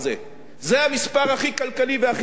זה המספר הכי כלכלי והכי חברתי,